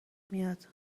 میاد